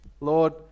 Lord